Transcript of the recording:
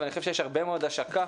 אני חושב שיש הרבה מאוד השקה